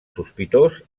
sospitós